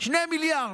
2 מיליארד,